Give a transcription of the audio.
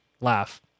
laugh